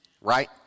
right